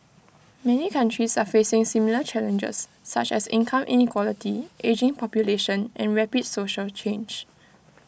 many countries are facing similar challenges such as income inequality ageing population and rapid social change